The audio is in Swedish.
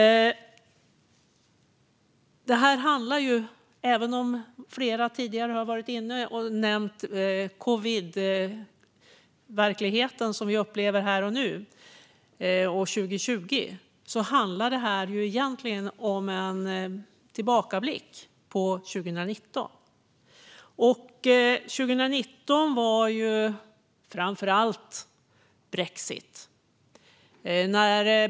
Som flera talare tidigare har varit inne på handlar detta även om den covidverklighet som vi upplever här och nu 2020, även om detta egentligen är fråga om en tillbakablick på 2019, och 2019 handlade framför allt om brexit.